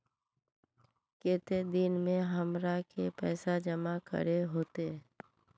केते दिन में हमरा के पैसा जमा करे होते?